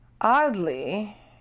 oddly